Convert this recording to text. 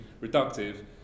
reductive